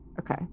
Okay